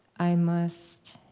i must